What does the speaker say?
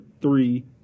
three